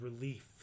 relief